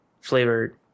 flavored